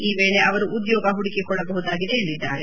ಈ ವೇಳೆ ಅವರು ಉದ್ಯೋಗ ಹುಡುಕಿಕೊಳ್ಳಬಹುದಾಗಿದೆ ಎಂದಿದ್ದಾರೆ